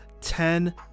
ten